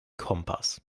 kompass